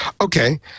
Okay